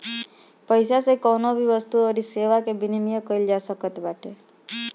पईसा से कवनो भी वस्तु अउरी सेवा कअ विनिमय कईल जा सकत बाटे